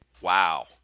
Wow